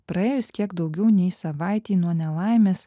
praėjus kiek daugiau nei savaitei nuo nelaimės